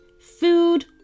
food